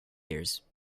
years